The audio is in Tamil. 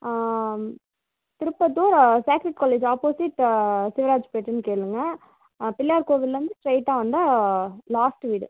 திருப்பத்தூர் சாக்ரீட் காலேஜ் ஆப்போசிட் சிவராஜ்பேட்டுனு கேளுங்கள் பிள்ளையார் கோவில்லேருந்து ஸ்ட்ரெயிட்டாக வந்தால் லாஸ்ட்டு வீடு